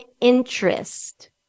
interest